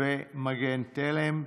ומגן תלם.